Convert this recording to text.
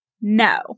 No